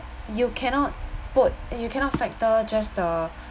you cannot put you cannot factor just the